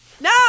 No